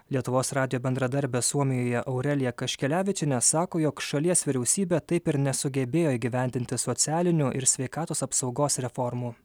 lietuvos radijo bendradarbė suomijoje aurelija kaškelevičienė sako jog šalies vyriausybė taip ir nesugebėjo įgyvendinti socialinių ir sveikatos apsaugos reformų